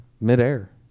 Midair